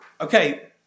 okay